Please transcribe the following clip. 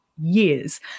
years